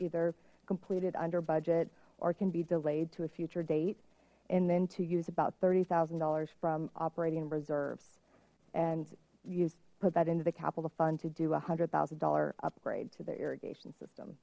either completed under budget or can be delayed to a future date and then to use about thirty thousand dollars from operating reserves and you put that into the capital fund to do a hundred thousand dollar upgrade to their irrigation system